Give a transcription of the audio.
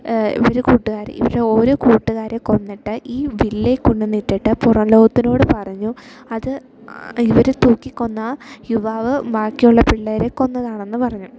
ഇവർ കൂട്ടുകാർ ഇവരുടെ ഓരോ കൂട്ടുകാരെ കൊന്നിട്ട് ഈ വില്ലനെ കൊണ്ടു വന്നു ഇട്ടിട്ട് പുറം ലോകത്തിനോട് പറഞ്ഞു അത് ഇവർ തൂക്കിക്കൊന്ന യുവാാവ് ബാക്കിയുള്ള പിള്ളേരെ കൊന്നതാണെന്ന് പറഞ്ഞു